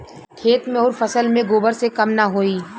खेत मे अउर फसल मे गोबर से कम ना होई?